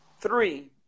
three